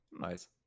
nice